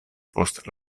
post